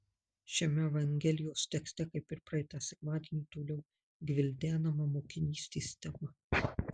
šiame evangelijos tekste kaip ir praeitą sekmadienį toliau gvildenama mokinystės tema